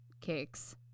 cakes